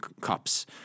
Cups